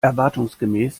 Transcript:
erwartungsgemäß